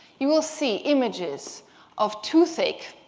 you will see images of toothache,